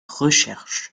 recherche